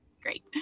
Great